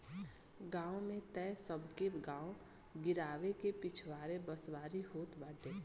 गांव में तअ सबके गांव गिरांव के पिछवारे बसवारी होत बाटे